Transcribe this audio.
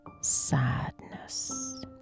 sadness